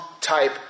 type